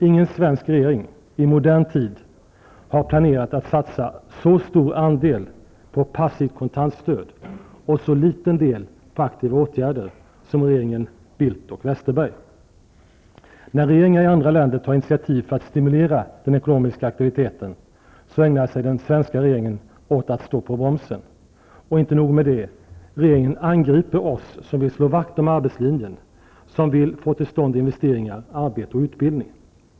Ingen svensk regering i modern tid har planerat att satsa så stor andel på passivt kontantstöd och så liten del på aktiva åtgärder som regeringen Bildt och Westerberg. När regeringar i andra länder tar initiativ för att stimulera den ekonomiska aktiviteten, ägnar sig den svenska regeringen åt att stå på bromsen. Inte nog med det: regeringen angriper oss som vill slå vakt om arbetslinjen och få till stånd investeringar, arbete och utbildning.